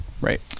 Right